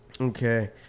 Okay